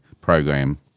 program